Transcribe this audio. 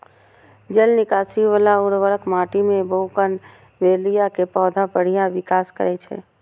जल निकासी बला उर्वर माटि मे बोगनवेलिया के पौधा बढ़िया विकास करै छै